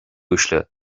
uaisle